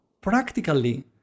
practically